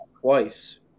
twice